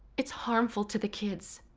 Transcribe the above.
it's harmful to the kids.